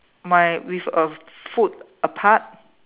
my with a foot apart